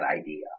idea